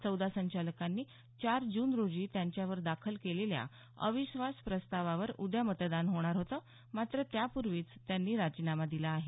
चौदा संचालकांनी चार जून रोजी त्यांच्यावर दाखल केलेल्या अविश्वास प्रस्तावावर उद्या मतदान होणार होतं मात्र त्यापूर्वीच त्यांनी राजीनामा दिला आहे